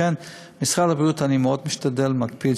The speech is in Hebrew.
לכן, משרד הבריאות, אני מאוד משתדל ומקפיד